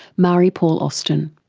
marie-paule austin